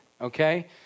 Okay